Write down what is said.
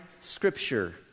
Scripture